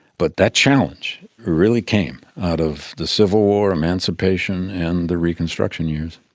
but that challenge really came out of the civil war, emancipation and the reconstruction years.